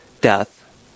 death